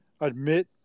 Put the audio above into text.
admit